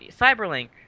Cyberlink